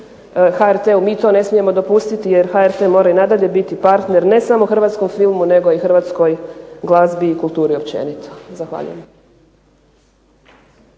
mi to ne smijemo to dopustiti jer HRT mora i dalje biti partner ne samo hrvatskom filmu nego i hrvatskoj glazbi i kulturi općenito. Zahvaljujem.